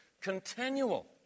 continual